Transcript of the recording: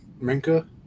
Minka